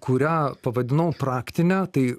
kurią pavadinau praktine tai